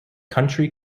country